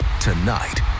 Tonight